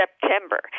September